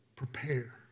Prepare